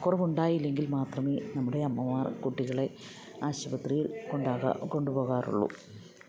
കുറവുണ്ടായില്ല എങ്കിൽ മാത്രമേ നമ്മുടെ അമ്മമാർ കുട്ടികളെ ആശുപത്രിയിൽ കൊണ്ടാകാ കൊണ്ടു പോകാറുള്ളു